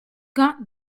got